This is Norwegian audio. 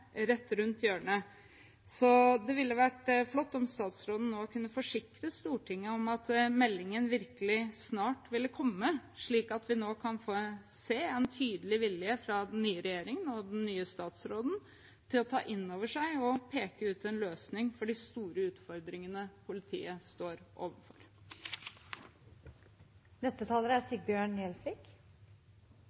rett rundt hjørnet. Det ville vært flott om statsråden nå kunne forsikre Stortinget om at meldingen virkelig snart vil komme, slik at vi nå kan få se en tydelig vilje fra regjeringen og den nye statsråden til å ta inn over seg og peke ut en løsning på de store utfordringene politiet står overfor. Jeg hadde håpet at når det nå nok en gang er